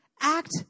Act